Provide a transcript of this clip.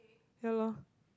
ya lor